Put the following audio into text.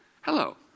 Hello